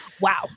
Wow